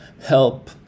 help